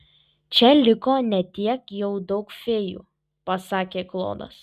čia liko ne tiek jau daug fėjų pasakė klodas